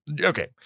okay